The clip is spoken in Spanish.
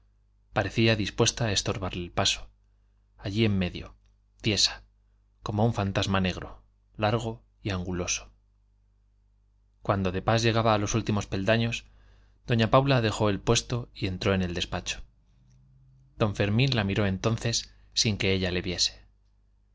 parecía dispuesta a estorbarle el paso allí en medio tiesa como un fantasma negro largo y anguloso cuando de pas llegaba a los últimos peldaños doña paula dejó el puesto y entró en el despacho don fermín la miró entonces sin que ella le viese